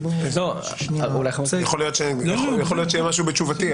יכול להיות שיהיה משהו בתשובתי.